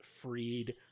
freed